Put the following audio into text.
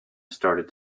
started